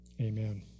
Amen